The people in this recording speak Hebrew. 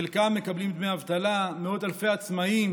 חלקם מקבלים דמי אבטלה, ומאות אלפי עצמאים